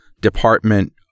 department